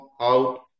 out